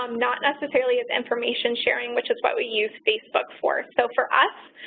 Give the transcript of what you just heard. um not necessarily as information sharing, which is what we use facebook for. so for us,